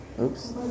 Oops